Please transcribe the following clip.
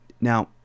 Now